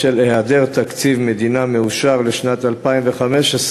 בשל היעדר תקציב מדינה מאושר לשנת 2015,